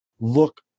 look